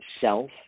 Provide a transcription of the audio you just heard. self